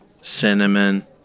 cinnamon